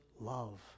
love